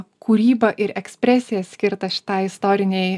kūryba ir ekspresija skirta šitai istorinei